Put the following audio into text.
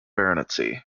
baronetcy